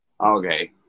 Okay